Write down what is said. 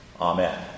Amen